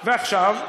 ועכשיו,